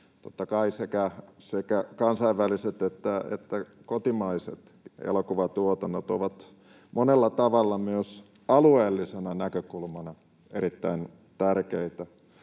Totta kai sekä kansainväliset että kotimaiset elokuvatuotannot ovat monella tavalla myös alueelliselta näkökulmalta erittäin tärkeitä